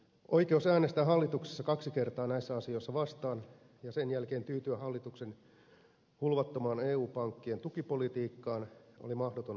oikeus äänestää hallituksessa kaksi kertaa näissä asioissa vastaan ja sen jälkeen tyytyä hallituksen hulvattomaan eu pankkien tukipolitiikkaan oli mahdotonta perussuomalaisten hyväksyä